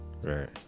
Right